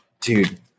dude